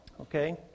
okay